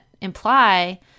imply